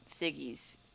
Siggy's